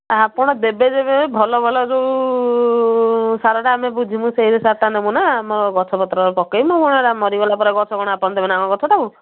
ଆଉ ଆପଣ ଦେବେ ଯଦି ଭଲ ଭଲ ଯୋଉ ସାରଟା ଆମେ ବୁଝୁଛୁ ସେଇ ସାରଟା ନେବୁ ନା ଆମ ଗଛ ପତ୍ରରେ ପକେଇବୁ ହେଲା ଆଉ କ'ଣ ମରିଗଲା ପରେ ଆଉ କ'ଣ ଆପଣ ଦେବେ ନା ଆମର ଗଛଟାକୁ